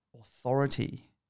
authority